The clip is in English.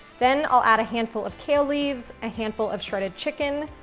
then, i'll add a handful of kale leaves, a handful of shredded chicken,